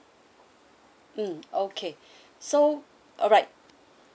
mm okay so alright